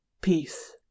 peace